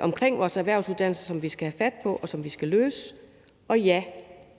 omkring vores erhvervsuddannelser, som vi skal tage fat på, og som vi skal løse. Og ja,